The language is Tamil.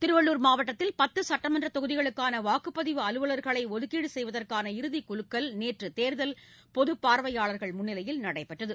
திருவள்ளூர் மாவட்டத்தில் பத்து சுட்டமன்ற தொகுதிகளுக்கான வாக்குப்பதிவு அலுவள்களை ஒதுக்கீடு செய்வதற்கான இறுதி குலுக்கல் நேற்று தேர்தல் பொது பார்வையாளர்கள் முன்னிலையில் நடைபெற்றது